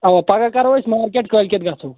اَوا پَگاہ کَرو أسۍ مارکیٹ کٲلۍ کیٚتھ گژھو